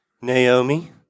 Naomi